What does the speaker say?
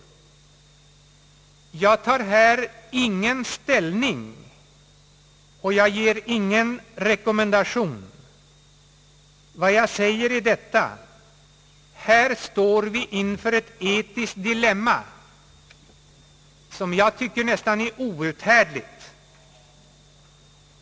— Jag tar här ingen ställning och ger ingen rekommendation. Vad jag säger är detta: Här står vi inför ett etiskt dilemma som jag tycker är nästan outhärdligt.